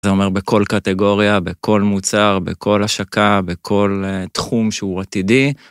זה אומר בכל קטגוריה, בכל מוצר, בכל השקה, בכל תחום שהוא עתידי.